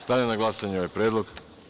Stavljam na glasanje ovaj predlog.